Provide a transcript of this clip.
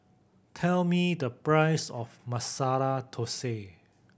tell me the price of Masala Thosai